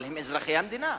אבל הם אזרחי המדינה,